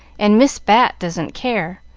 and miss bat doesn't care,